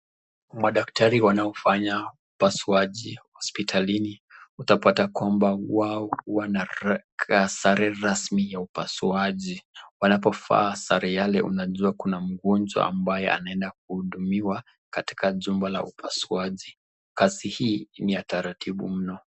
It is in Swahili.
Madaktari wanaofanya upasuaji hospitalini utapata kwamba wao wanavaa sare rasmi ya upasuaji. Wanapovaa sare yale unajua kuna mgonjwa ambaye anaenda kuhudumiwa katika jumba la upasuaji, kazi hii ni ya taratibu mno.